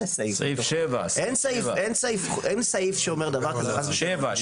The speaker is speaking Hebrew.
אין סעיף שאומר דבר כזה, חס ושלום.